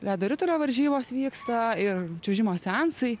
ledo ritulio varžybos vyksta ir čiuožimo seansai